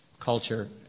culture